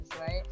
right